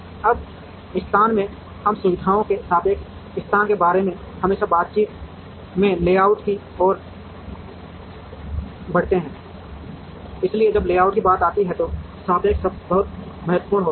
अब स्थान से हम सुविधाओं के सापेक्ष स्थान के बारे में हमेशा बातचीत में लेआउट की ओर बढ़ते हैं इसलिए जब लेआउट की बात आती है तो सापेक्ष शब्द बहुत महत्वपूर्ण होता है